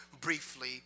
briefly